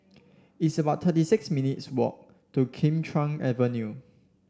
it's about thirty six minutes walk to Kim Chuan Avenue